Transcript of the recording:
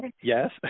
Yes